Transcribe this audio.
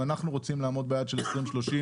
אם אנחנו רוצים לעמוד ביעד של 2030,